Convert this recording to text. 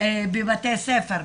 בבתי הספר.